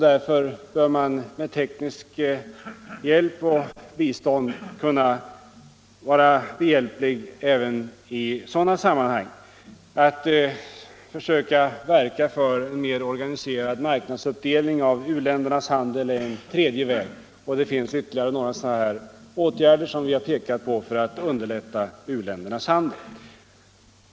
Därför bör man kunna lämna tekniskt bistånd även i sådana sammanhang. Att försöka verka för mer organiserad marknadsuppdelning av uländernas handel är en tredje väg, och det finns ytterligare några andra åtgärder som vi pekar på för att underlätta u-ländernas handel.